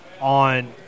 on –